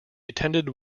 attended